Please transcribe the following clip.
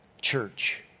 church